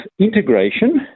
integration